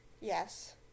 Yes